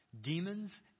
Demons